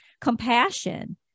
compassion